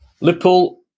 Liverpool